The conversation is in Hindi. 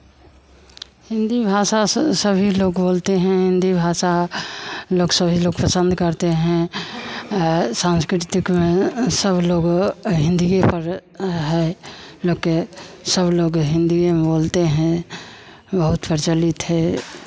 हिन्दी भाषा सभी लोग बोलते हैं हिन्दी भाषा लोग सभी लोग पसंद करते हैं सांस्कृतिक में सब लोग हिन्दीए पर है लोग के सब लोग हिन्दीए में बोलते हैं बहुत प्रचलित है